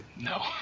No